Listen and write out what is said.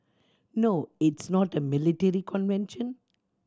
no it's not a military convention